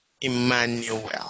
Emmanuel